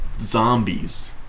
zombies